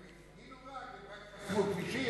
הם רק הפגינו, הם רק חסמו כבישים?